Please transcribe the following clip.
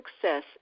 success